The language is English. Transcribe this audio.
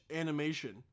animation